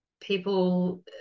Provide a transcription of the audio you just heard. people